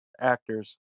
actors